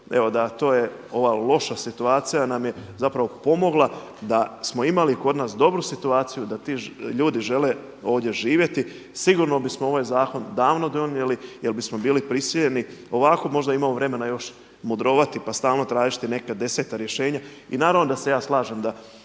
rekao da to je ova loša situacija nam je zapravo pomogla da smo imali kod nas dobru situaciju da ti ljudi žele ovdje živjeti sigurno bismo ovaj zakon davno donijeli jer bismo bili prisiljeni. Ovako možda imamo vremena još mudrovati, pa stalno tražiti neka deseta rješenja. I naravno da se ja slažem da